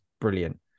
brilliant